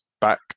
back